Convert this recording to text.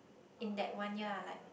in that one year I like